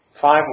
Five